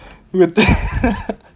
you think